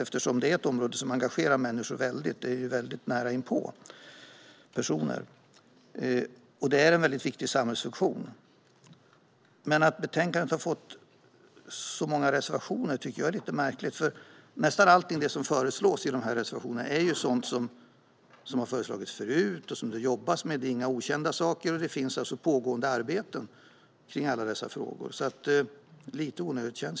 Det är ett område som engagerar många eftersom det kommer nära inpå oss alla. Och det är en viktig samhällsfunktion. Men det är märkligt att det finns så många reservationer i betänkandet. Nästan allt som föreslås i reservationerna är nämligen sådant som har föreslagits förut och som det jobbas med. Det är inga okända saker, och det finns pågående arbeten i alla dessa frågor. Det känns alltså lite onödigt.